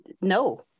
No